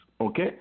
Okay